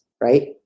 right